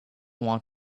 want